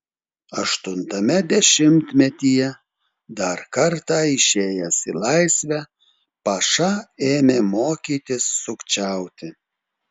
aštuntame dešimtmetyje dar kartą išėjęs į laisvę paša ėmė mokytis sukčiauti